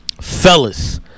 Fellas